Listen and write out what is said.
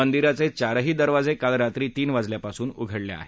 मंदीराचे चाहरी दरवाजे काल रात्री तीन वाजल्यापासून उघडले आहेत